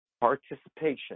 participation